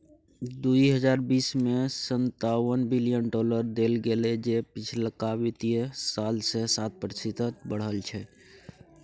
दुइ हजार बीस में सनतावन बिलियन डॉलर देल गेले जे पिछलका वित्तीय साल से सात प्रतिशत बढ़ल छै